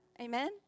Amen